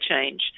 change